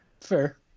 Fair